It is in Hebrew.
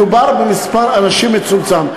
מדובר במספר אנשים מצומצם.